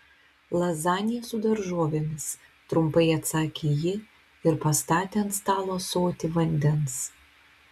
lazanija su daržovėmis trumpai atsakė ji ir pastatė ant stalo ąsotį vandens